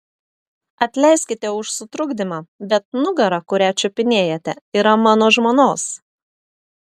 atleiskite už sutrukdymą bet nugara kurią čiupinėjate yra mano žmonos